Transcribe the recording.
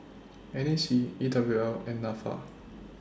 N A C E W L and Nafa